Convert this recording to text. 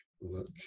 look